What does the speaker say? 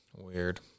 weird